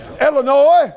Illinois